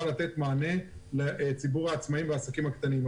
לתת מענה לציבור העצמאים והעסקים הקטנים.